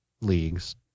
leagues